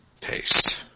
Paste